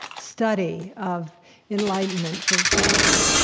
study of enlightenment, for example,